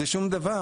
זה שום דבר.